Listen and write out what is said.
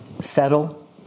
Settle